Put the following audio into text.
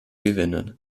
gewinnen